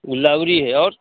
उ लवरी है और